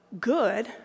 good